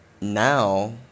now